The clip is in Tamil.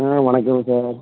ஆ வணக்கம் சார்